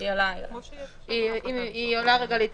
אם האדם שומר על חוקי הבידוד,